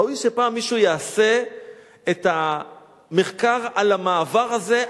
ראוי שפעם מישהו יעשה את המחקר על המעבר הזה,